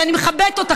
ואני מכבדת אותך,